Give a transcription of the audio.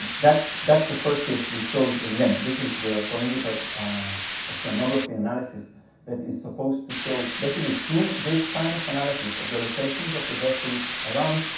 that's that's the first case, which shows again this is the forensic oceanography analysis that is supposed to show basically through this kind of analysis of the locations of the vessel around,